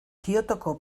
kyotoko